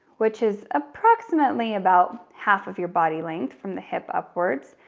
which is approximately about half of your body length from the hip upwards,